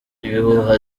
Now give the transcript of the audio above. ibihuha